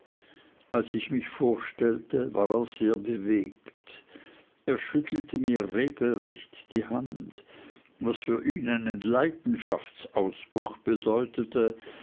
als ich mich vorstellte war er sehr bewegt er schüttelte mir regelrecht die hand was für ihn einen leidenschaftsausbruch bedeutete